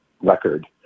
record